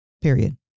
Period